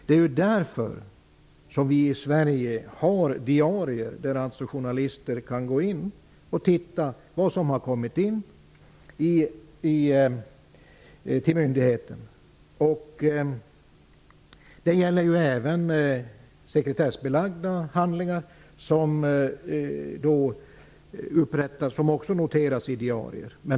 Det är därför vi i Sverige har diarier, vilka journalister kan gå in i och se vad som inkommit till myndigheten. Även sekretessbelagda handlingar noteras i diarier.